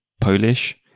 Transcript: Polish